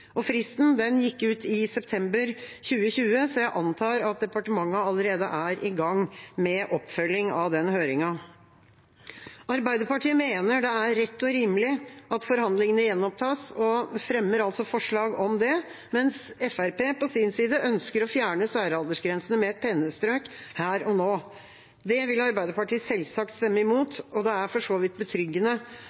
Fristen gikk ut i september 2020, så jeg antar at departementet allerede er i gang med oppfølging av den høringen. Arbeiderpartiet mener det er rett og rimelig at forhandlingene gjenopptas, og fremmer forslag om det, mens Fremskrittspartiet på sin side ønsker å fjerne særaldersgrensene med et pennestrøk her og nå. Det vil Arbeiderpartiet selvsagt stemme imot, og det er for så vidt betryggende